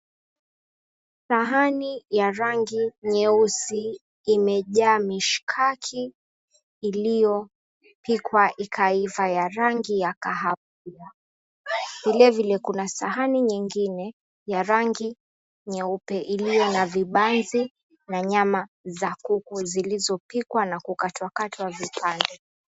Sahani ya rangi nyeusi imejaa mishikaki iliyopikwa ikaiva ya rangi ya kahawia, vilevile kuna sahani nyingine ya rangi nyeupe iliyo na vibanzi na nyama za kuku zilizopikwa na kukatwakatwa vipande.